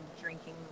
drinking